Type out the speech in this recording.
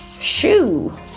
shoo